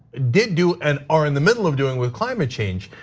did do and are in the middle of doing with climate change.